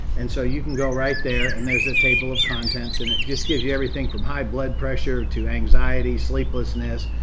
and so you can go right there and there's a table of contents and it just gives you everything from high blood pressure to anxiety, sleeplessness,